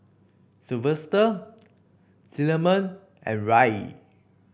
Sylvester Cinnamon and Rae